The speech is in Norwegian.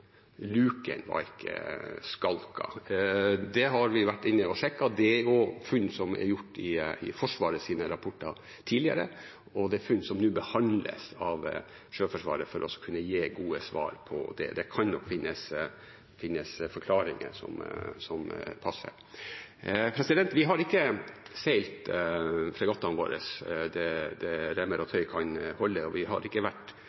ikke var skalket. Det har vi vært inne og sjekket, det er også funn som er gjort i Forsvarets rapporter tidligere, og det er funn som nå behandles av Sjøforsvaret for å kunne gi gode svar på det. Det kan nok finnes forklaringer som passer. Vi har ikke seilt fregattene våre det remmer og tøy kan holde, og vi har ikke vært